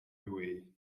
highway